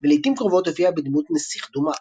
ולעיתים קרובות הופיע בדמות "נסיך דומאר".